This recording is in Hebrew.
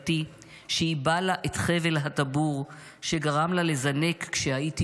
החייתי / שעיבה לה את חבל הטבור / שגרם לה לזנק כשהייתי